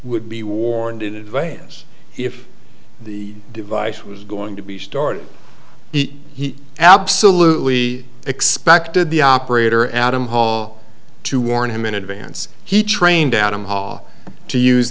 would be warned in advance if the device was going to be stored he he absolutely expected the operator adam hall to warn him in advance he trained out in ha to use